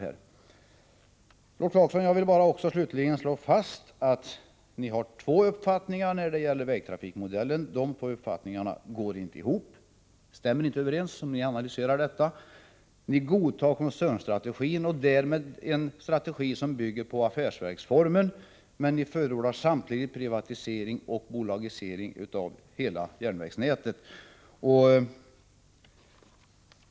Slutligen vill jag, Rolf Clarkson, slå fast att ni har två uppfattningar när det gäller vägtrafikmodellen. Vid en analys visar det sig att dessa uppfattningar inte stämmer överens. Ni godtar koncernstrategin, en strategi som bygger på affärsverksformen, men samtidigt förordar ni privatisering och bolagsbildande när det gäller hela järnvägsnätet.